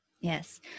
Yes